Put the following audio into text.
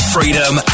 Freedom